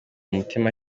mutima